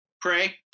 Pray